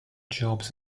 jobs